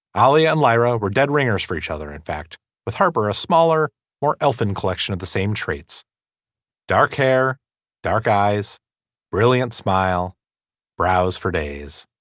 ah aliya and lyra were dead ringers for each other in fact with harper a smaller more elfin collection of the same traits dark hair dark eyes brilliant smile brows for days